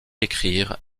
écrire